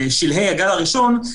בשלהי הגל הראשון,